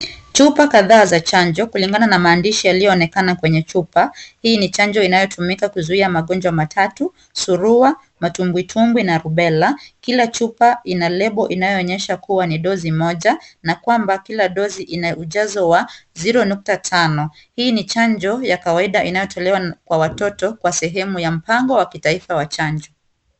Chupa kadhaa za chanjo, kulingana na maandishi yanaliyoonekana kwenye chupa. Hii ni chanjo inayotumika kuzuia magonjwa matatu, sulua ,matwimbitwimbi pamoja na Rubella. Kila chupa, ina label inayoonyesha kuwa ni dosi moja. Na kwamba kila dosi ina ujazo wa 05.Hii ni chanjo ya kawaida inayotolewa kwa watoto kwa sehemu ya mpango wa kitaifa wa chanjo.